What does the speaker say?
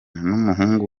n’umuhungu